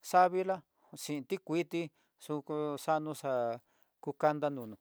savila xhin tikuiti xuku kano xa'á ku kanda nono.